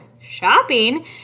shopping